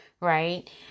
right